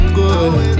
good